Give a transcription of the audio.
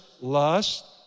lust